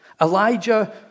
Elijah